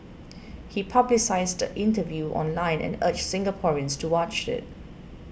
he publicised the interview online and urged Singaporeans to watch it